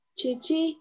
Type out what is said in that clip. Chichi